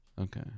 Okay